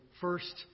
first